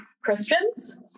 Christians